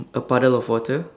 a puddle of water